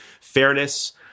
fairness